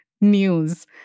news